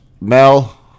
Mel